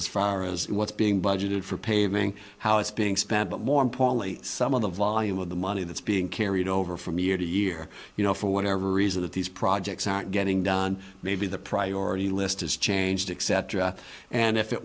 as far as what's being budgeted for paving how it's being spent but more importantly some of the volume of the money that's being carried over from year to year you know for whatever reason that these projects aren't getting done maybe the priority list has changed except and if it